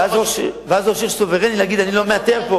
ואז ראש עיר סוברני להגיד שהוא לא מאשר.